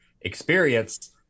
experience